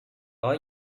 are